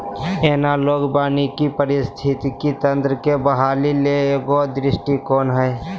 analogue वानिकी पारिस्थितिकी तंत्र के बहाली ले एगो दृष्टिकोण हइ